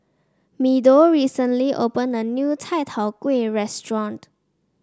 Meadow recently opened a new Chai Tow Kway Restaurant